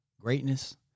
greatness